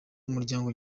umuryango